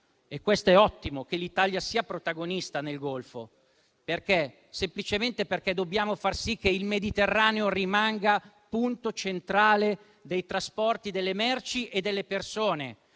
il fatto che l'Italia sia protagonista nel Golfo. Questa è un'ottima cosa, semplicemente perché dobbiamo far sì che il Mediterraneo rimanga punto centrale dei trasporti delle merci e delle persone,